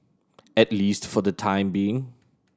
at least for the time being